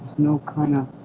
no kinda